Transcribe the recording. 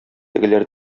тегеләр